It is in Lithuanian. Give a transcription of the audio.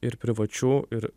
ir privačių ir